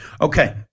Okay